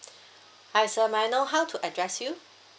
hi sir may I know how to address you